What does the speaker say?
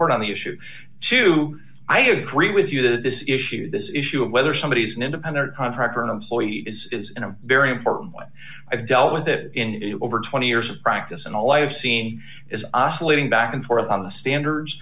court on the issue to i agree with you that this issue this issue of whether somebody is an independent contractor or an employee is a very important one i've dealt with in over twenty years of practice and all i have seen is oscillating back and forth on the standards